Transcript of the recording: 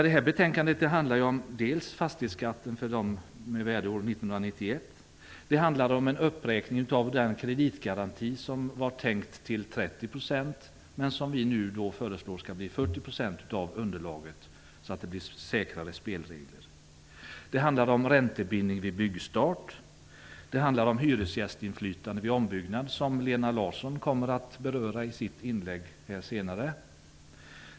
Det här betänkandet handlar om fastighetsskatten för byggnader med värdeår 1991. Det handlar om en uppräkning av den kreditgaranti som var tänkt till 30 % men som vi nu föreslår skall bli 40 % av underlaget så att det blir säkrare spelregler. Det handlar om räntebindning vid byggstart. Det handlar om hyresgästinflytande vid ombyggnad, vilket Lena Larsson senare kommer att beröra i sitt inlägg.